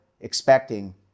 expecting